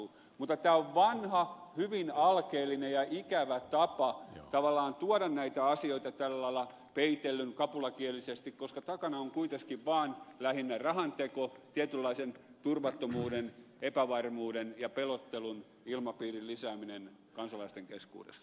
mutta tämä on vanha hyvin alkeellinen ja ikävä tapa tavallaan tuoda näitä asioita tällä lailla peitellyn kapulakielisesti koska takana on kuitenkin vaan lähinnä rahanteko tietynlaisen turvattomuuden epävarmuuden ja pelottelun ilmapiirin lisääminen kansalaisten keskuudessa